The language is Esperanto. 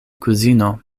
kuzino